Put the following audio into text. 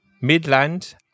Midland